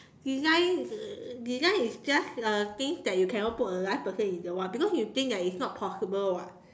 design design is just uh things that you cannot put a life person in the what because you think it's not possible [what]